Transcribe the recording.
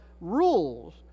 rules